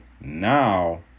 now